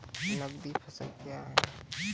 नगदी फसल क्या हैं?